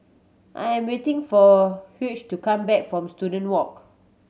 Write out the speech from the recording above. I am waiting for Hugh to come back from Student Walk